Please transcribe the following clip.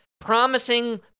promising